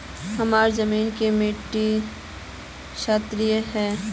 हमार जमीन की मिट्टी क्षारीय है?